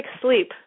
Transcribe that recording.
sleep